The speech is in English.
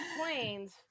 planes